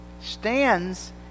stands